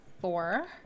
four